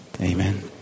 Amen